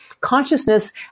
consciousness